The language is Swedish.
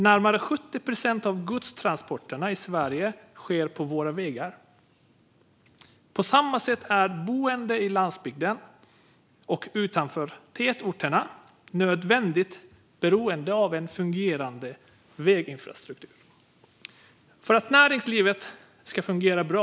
Närmare 70 procent av godstransporterna i Sverige sker på våra vägar. På samma sätt är boende i landsbygden och utanför tätorterna helt beroende av en fungerande väginfrastruktur för att näringslivet ska fungera bra.